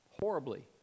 horribly